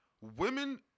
Women